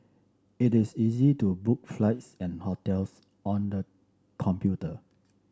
it is easy to book flights and hotels on the computer